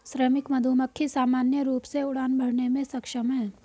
श्रमिक मधुमक्खी सामान्य रूप से उड़ान भरने में सक्षम हैं